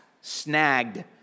snagged